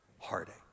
heartache